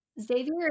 Xavier